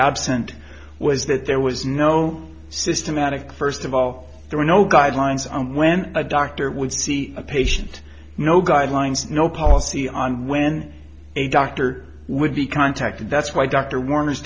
absent was that there was no systematic first of all there were no guidelines on when a doctor would see a patient no guidelines no policy on when a doctor would be contacted that's why dr war